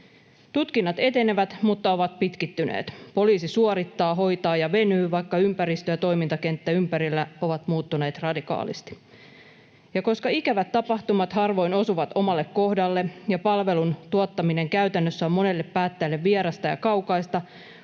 Tutkinnat etenevät mutta ovat pitkittyneet. Poliisi suorittaa, hoitaa ja venyy, vaikka ympäristö ja toimintakenttä ympärillä ovat muuttuneet radikaalisti. Koska ikävät tapahtumat harvoin osuvat omalle kohdalle ja palvelun tuottaminen käytännössä on monelle päättäjälle vierasta ja kaukaista,